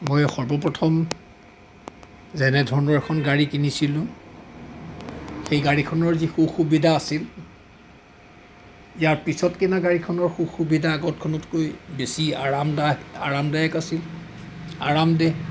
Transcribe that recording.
মই সৰ্বপ্ৰথম যেনেধৰণৰ এখন গাড়ী কিনিছিলোঁ সেই গাড়ীখনৰ যি সা সুবিধা আছিল ইয়াৰ পিছত কিনা গাড়ীখনৰ সা সুবিধা আগৰখনতকৈ বেছি আৰামদায়ক আৰামদায়ক আছিল আৰামদায়ক